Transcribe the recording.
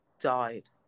died